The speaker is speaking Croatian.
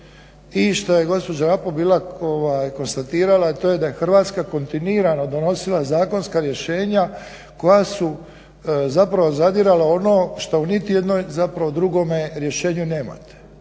se ne razumije./… bila konstatirala, to je da je Hrvatska kontinuirano donosila zakonska rješenja koja su zapravo zadirala u ono što u niti jednoj zapravo drugome rješenju nemate,